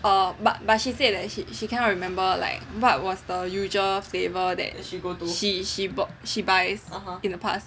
err but but she said that she cannot remember like what was the usual flavour that she bought she buys in the past